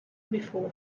before